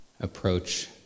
approach